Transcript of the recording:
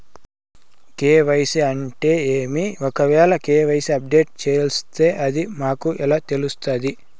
KYC అంటే ఏమి? ఒకవేల కె.వై.సి అప్డేట్ చేయాల్సొస్తే అది మాకు ఎలా తెలుస్తాది?